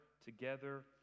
together